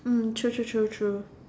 mm true true true true